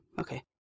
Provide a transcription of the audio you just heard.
okay